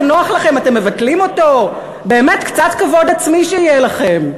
כבוד עצמי שיהיה לכם.